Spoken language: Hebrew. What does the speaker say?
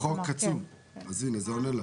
בחוק קצוב, אז הנה זה עונה לך,